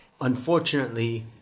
unfortunately